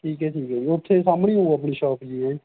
ਠੀਕ ਹੈ ਠੀਕ ਹੈ ਉੱਥੇ ਸਾਹਮਣੇ ਹੋਊ ਆਪਣੀ ਸ਼ੋਪ ਜੀ ਇਹ